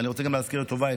אני רוצה גם להזכיר לטובה,